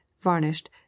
varnished